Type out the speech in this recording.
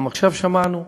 גם עכשיו שמענו,